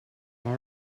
how